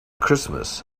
christmas